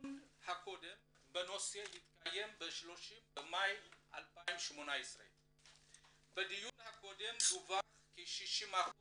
הדיון הקודם בנושא התקיים ב-30 במאי 2018. בדיון הקודם דווח כי 60%